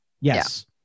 Yes